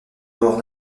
mort